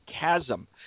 chasm